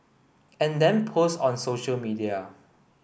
and then post on social media